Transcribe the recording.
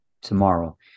tomorrow